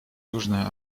южная